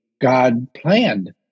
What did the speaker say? God-planned